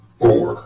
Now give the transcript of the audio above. four